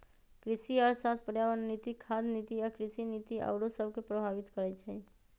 कृषि अर्थशास्त्र पर्यावरण नीति, खाद्य नीति आ कृषि नीति आउरो सभके प्रभावित करइ छै